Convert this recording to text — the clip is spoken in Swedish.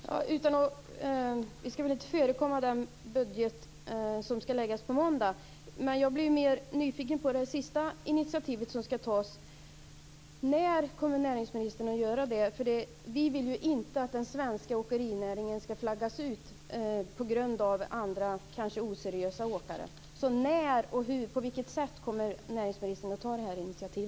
Fru talman! Vi skall väl inte förekomma den budget som skall läggas på måndag, men jag blir nyfiken på det initiativ som skall tas. Vi vill ju inte att den svenska åkerinäringen skall flaggas ut på grund av andra, kanske oseriösa, åkare. När och på vilket sätt kommer näringsministern att ta detta initiativ?